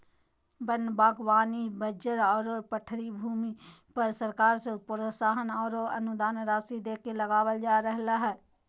वन बागवानी बंजर आरो पठारी भूमि पर सरकार से प्रोत्साहन आरो अनुदान राशि देके लगावल जा रहल हई